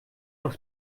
aus